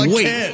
Wait